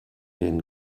den